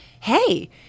hey